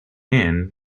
him